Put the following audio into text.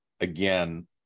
again